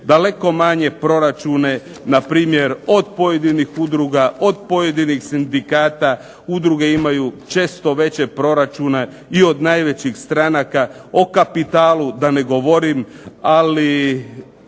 daleko manje proračune npr. od pojedinih udruga, od pojedinih sindikata. Udruge imaju često veće proračune i od najvećih stranaka, o kapitalu da ne govorim itd.